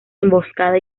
emboscada